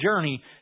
journey